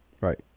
Right